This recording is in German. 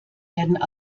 werden